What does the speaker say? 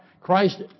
Christ